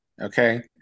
okay